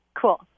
Cool